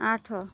ଆଠ